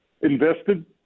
invested